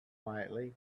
quietly